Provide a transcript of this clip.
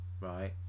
Right